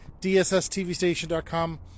DSSTVStation.com